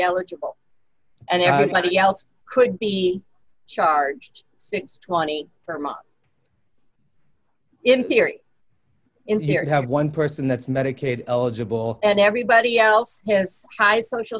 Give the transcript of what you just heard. eligible and everybody else could be charged since twenty from up in theory in here and have one person that's medicaid eligible and everybody else has high social